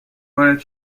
وارد